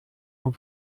und